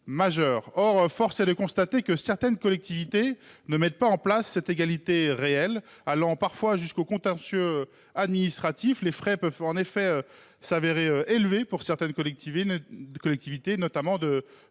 Or force est de constater que certaines collectivités ne mettent pas en place cette égalité réelle, allant parfois jusqu’au contentieux administratif. Les frais peuvent en effet se révéler élevés pour certaines d’entre elles, de petite